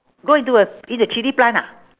grow into a in a chilli plant ah